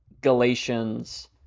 Galatians